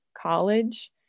college